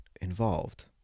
involved